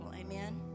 Amen